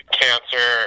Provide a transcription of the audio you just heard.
cancer